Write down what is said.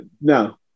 no